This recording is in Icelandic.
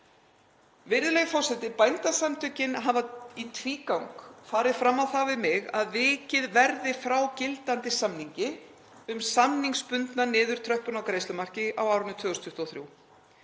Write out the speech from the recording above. Virðulegi forseti. Bændasamtökin hafa í tvígang farið fram á það við mig að vikið verði frá gildandi samningi um samningsbundna niðurtröppun á greiðslumarki á árinu 2023.